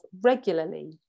regularly